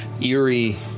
eerie